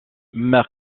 mère